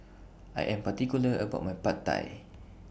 I Am particular about My Pad Thai